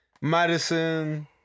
madison